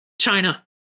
China